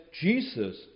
Jesus